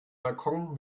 balkon